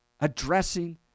addressing